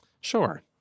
Sure